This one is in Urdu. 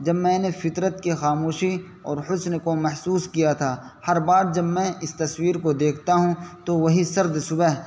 جب میں نے فطرت کی خاموشی اور حسن کو محسوس کیا تھا ہر بار جب میں اس تصویر کو دیکھتا ہوں تو وہی سرد صبح